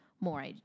more